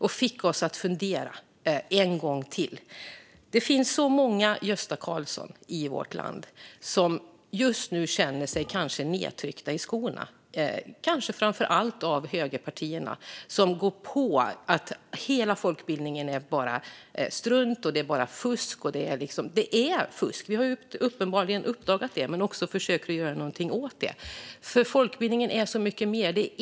Han fick oss att fundera ett varv till. Det finns så många Gösta Karlsson i vårt land som just nu kanske känner sig nedtryckta i skorna - kanske framför allt av högerpartierna som går på om att hela folkbildningen bara är strunt och fusk. Fusk har uppenbarligen uppdagats, men man försöker också göra någonting åt det, för folkbildningen är så mycket mer.